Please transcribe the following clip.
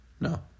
No